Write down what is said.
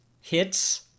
hits